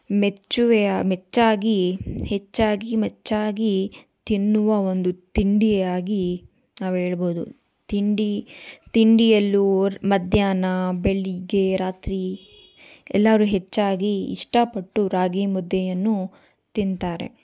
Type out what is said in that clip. ಮೆಚ್ಚುಗೆಯ ಮೆಚ್ಚಾಗಿ ಹೆಚ್ಚಾಗಿ ಮೆಚ್ಚಾಗಿ ತಿನ್ನುವ ಒಂದು ತಿಂಡಿಯಾಗಿ ನಾವು ಹೇಳ್ಬೌದು ತಿಂಡಿ ತಿಂಡಿಯಲ್ಲೂ ಮಧ್ಯಾಹ್ನ ಬೆಳಿಗ್ಗೆ ರಾತ್ರಿ ಎಲ್ಲರು ಹೆಚ್ಚಾಗಿ ಇಷ್ಟಪಟ್ಟು ರಾಗಿಮುದ್ದೆಯನ್ನು ತಿಂತಾರೆ